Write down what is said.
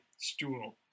stool